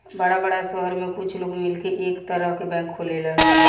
बड़ा बड़ा सहर में कुछ लोग मिलके एक तरह के बैंक खोलेलन